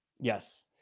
Yes